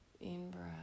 in-breath